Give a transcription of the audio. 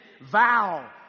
vow